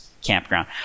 campground